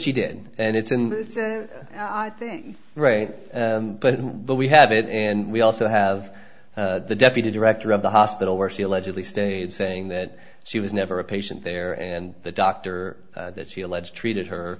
she did and it's an odd thing right but what we have it and we also have the deputy director of the hospital where she allegedly stayed saying that she was never a patient there and the doctor that she alleged treated her